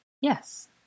Yes